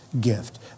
gift